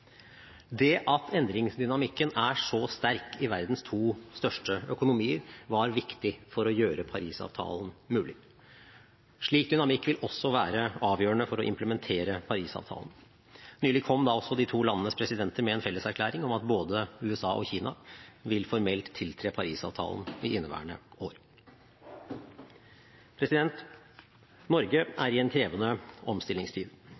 Det at endringsdynamikken er så sterk i verdens to største økonomier, var viktig for å gjøre Paris-avtalen mulig. Slik dynamikk vil også være avgjørende for å implementere Paris-avtalen. Nylig kom da også de to landenes presidenter med en felleserklæring om at både USA og Kina vil formelt tiltre Paris-avtalen i inneværende år. Norge er i en krevende omstillingstid.